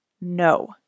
no